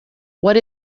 what